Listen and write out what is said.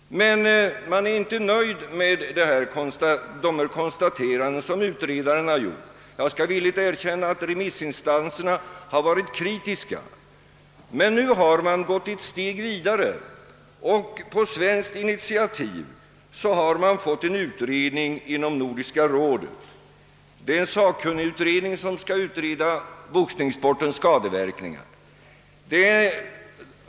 Men man är inte nöjd med de konstateranden som utredaren har gjort — jag skall villigt erkänna att remissinstanserna har varit kritiska. Och nu har man gått ett steg vidare. På svenskt initiativ har man fått en utredning inom Nordiska rådet. Det är en sakkunnigutredning som skall utreda boxningssportens skadeverkningar.